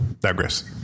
digress